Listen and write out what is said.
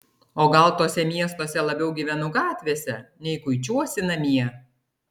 o gal tuose miestuose labiau gyvenu gatvėse nei kuičiuosi namie